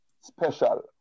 special